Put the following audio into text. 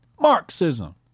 Marxism